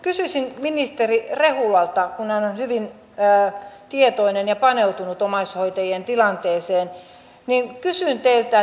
kysyisin ministeri rehulalta kun hän on hyvin tietoinen omaishoitajien tilanteesta ja paneutunut siihen